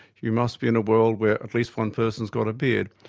you must be in a world where at least one person's got a beard,